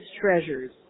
treasures